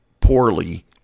poorly